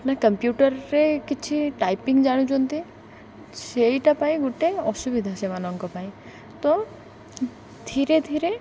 ନା କମ୍ପ୍ୟୁଟର୍ରେ କିଛି ଟାଇପିଂ ଜାଣୁଛନ୍ତି ସେଇଟା ପାଇଁ ଗୁଟେ ଅସୁବିଧା ସେମାନଙ୍କ ପାଇଁ ତ ଧୀରେ ଧୀରେ